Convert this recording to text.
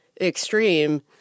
extreme